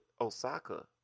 Osaka